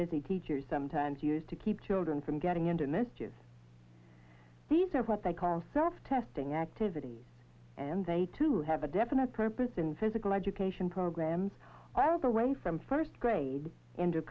busy teachers sometimes use to keep children's getting into mischief these are what they call surf testing activity and they too have a definite purpose in physical education programs all the way from first grade into